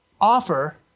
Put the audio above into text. offer